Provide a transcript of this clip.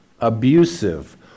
abusive